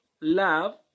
love